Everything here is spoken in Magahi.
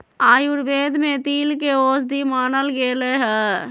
आयुर्वेद में तिल के औषधि मानल गैले है